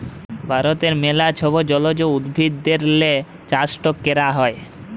ভারতে ম্যালা ছব জলজ উদ্ভিদেরলে চাষট ক্যরা হ্যয়